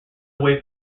away